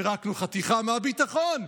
פירקנו חתיכה מהביטחון,